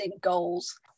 goals